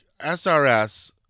SRS